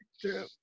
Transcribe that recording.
True